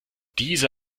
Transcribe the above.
diese